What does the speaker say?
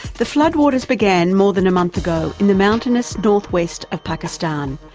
the floodwaters began more than a month ago, in the mountainous north-west of pakistan,